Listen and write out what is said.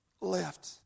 left